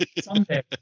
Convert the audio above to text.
someday